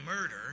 murder